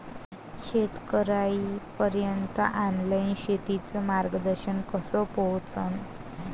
शेतकर्याइपर्यंत ऑनलाईन शेतीचं मार्गदर्शन कस पोहोचन?